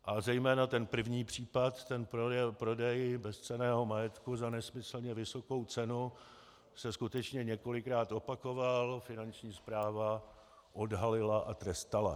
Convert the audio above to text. A zejména ten první případ, ten prodej bezcenného majetku za nesmyslně vysokou cenu, se skutečně několikrát opakoval, Finanční správa odhalila a trestala.